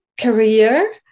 career